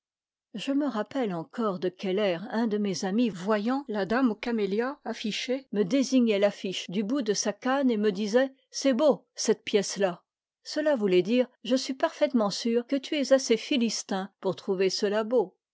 je me rappelle encore de quel air un de mes amis voyant la dame aux camélias affichée me désignait l'affiche du bout de sa canne et me disait c'est beau cette pièce là cela voulait dire je suis parfaitement sûr que tu es assez philistin pour trouver cela beau